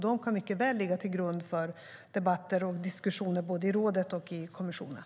De kan mycket väl ligga till grund för debatter och diskussioner både i rådet och i kommissionen.